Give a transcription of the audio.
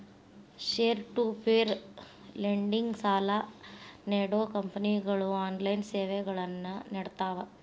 peer to peer lending ಸಾಲಾ ನೇಡೋ ಕಂಪನಿಗಳು ಆನ್ಲೈನ್ ಸೇವೆಗಳನ್ನ ನೇಡ್ತಾವ